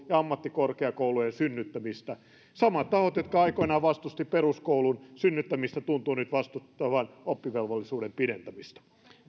ja ammattikorkeakoulujen synnyttämistä samat tahot jotka aikoinaan vastustivat peruskoulun synnyttämistä tuntuvat nyt vastustavan oppivelvollisuuden pidentämistä